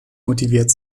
motiviert